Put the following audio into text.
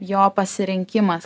jo pasirinkimas